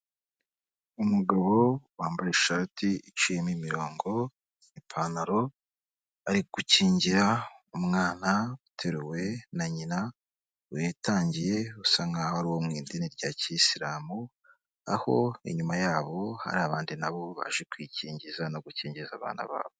Umugabo wambaye ishati iciyemo imirongo, ipantaro, ari gukingira umwana uteruwe na nyina witandiye usa nk'aho ari uwo mu idini rya Kisilamu aho inyuma yabo hari abandi nabo baje kwikingiza no gukingiza abana babo.